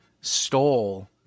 stole